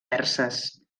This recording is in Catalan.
perses